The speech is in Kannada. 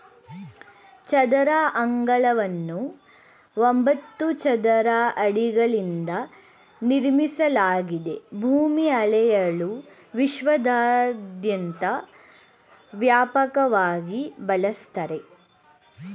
ಚದರ ಅಂಗಳವನ್ನು ಒಂಬತ್ತು ಚದರ ಅಡಿಗಳಿಂದ ನಿರ್ಮಿಸಲಾಗಿದೆ ಭೂಮಿ ಅಳೆಯಲು ವಿಶ್ವದಾದ್ಯಂತ ವ್ಯಾಪಕವಾಗಿ ಬಳಸ್ತರೆ